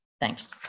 Thanks